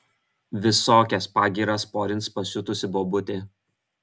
visokias pagyras porins pasiutusi bobutė